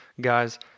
guys